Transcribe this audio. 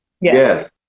Yes